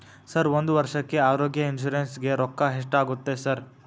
Sir ಒಂದು ವರ್ಷಕ್ಕೆ ಆರೋಗ್ಯ ಇನ್ಶೂರೆನ್ಸ್ ಗೇ ರೊಕ್ಕಾ ಎಷ್ಟಾಗುತ್ತೆ ಸರ್?